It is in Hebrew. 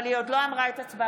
אבל היא עוד לא אמרה את הצבעתה.